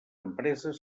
empreses